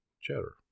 cheddar